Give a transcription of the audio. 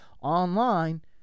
Online